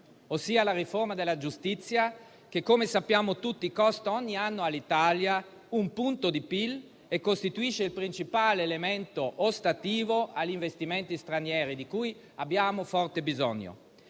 ossia la riforma della giustizia, che - come sappiamo tutti - costa ogni anno all'Italia un punto di PIL e costituisce il principale elemento ostativo agli investimenti stranieri, di cui abbiamo forte bisogno.